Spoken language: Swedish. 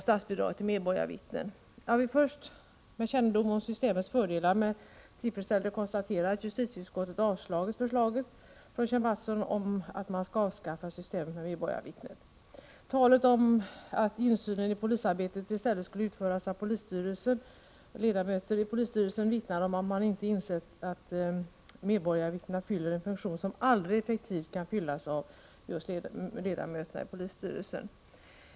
Jag vill först, med kännedom om systemets fördelar, med tillfredsställelse konstatera att justitieutskottet avstyrkt förslaget från Kjell Mattsson om ett avskaffande av systemet med medborgarvittnen. Talet om att insynen i polisarbetet i stället skulle utföras av ledamöter i polisstyrelsen vittnar om att man inte insett att medborgarvittnena fyller en funktion som aldrig effektivt kan fyllas av just ledamöter i polisstyrelsen.